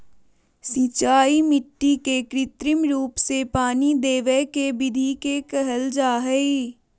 सिंचाई मिट्टी के कृत्रिम रूप से पानी देवय के विधि के कहल जा हई